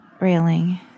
railing